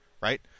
right